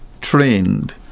trained